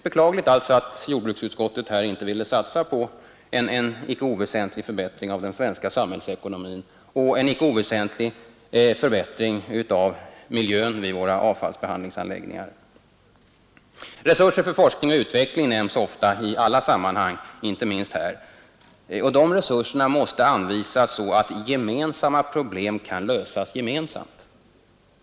Det är beklagligt att jordbruks utskottet inte ville satsa på en icke oväsentlig förbättring av den svenska samhällsekonomin och en icke oväsentlig förbättring av miljön vid våra avfallsbehandlingsanläggningar. Resurser för utveckling och forskning nämns ofta i alla sammanhang, inte minst här. Dessa resurser måste anvisas så att gemensamma problem kan lösas gemensamt.